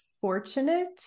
fortunate